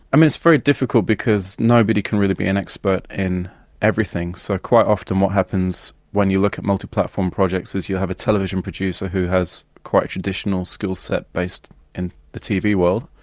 um it's very difficult because nobody can really be an expert in everything, so quite often what happens when you look at multiplatform projects is you have a television producer who has a quite traditional skill set based in the tv world,